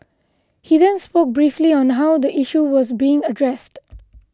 he then spoke briefly on how the issue was being addressed